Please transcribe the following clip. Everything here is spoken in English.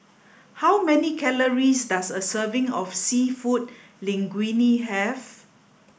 how many calories does a serving of Seafood Linguine have